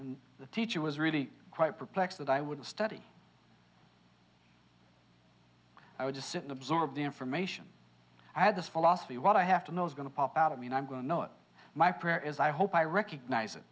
and the teacher was really quite perplexed that i would study i would just sit in absorb the information i had this philosophy what i have to know is going to pop out of me and i'm going oh my prayer is i hope i recognize it